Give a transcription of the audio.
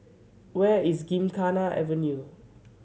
where is Gymkhana Avenue